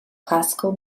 classical